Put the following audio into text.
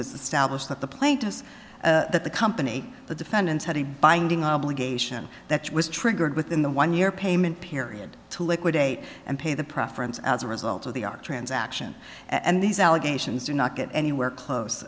establish that the plaintiffs that the company the defendants had a binding obligation that was triggered within the one year payment period to liquidate and pay the preference as a result of the ark transaction and these allegations do not get anywhere close